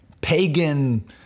pagan